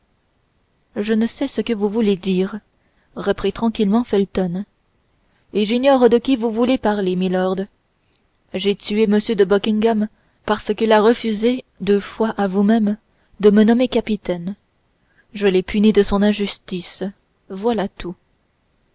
je ne sais ce que vous voulez dire reprit tranquillement felton et j'ignore de qui vous voulez parler milord j'ai tué m de buckingham parce qu'il a refusé deux fois à vous-même de me nommer capitaine je l'ai puni de son injustice voilà tout